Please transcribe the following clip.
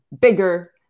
bigger